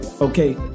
okay